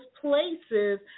places